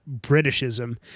Britishism